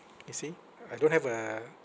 you see I don't have a